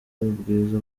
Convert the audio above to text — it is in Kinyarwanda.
ubwiza